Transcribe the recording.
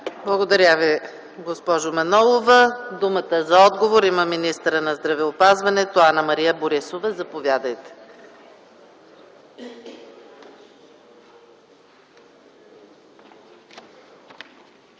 Благодаря, госпожо Манолова. Думата за отговор има министърът на здравеопазването Анна-Мария Борисова. МИНИСТЪР